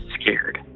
scared